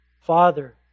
Father